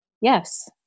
Yes